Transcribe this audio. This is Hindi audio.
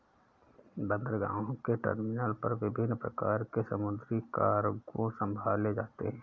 बंदरगाहों के टर्मिनल पर विभिन्न प्रकार के समुद्री कार्गो संभाले जाते हैं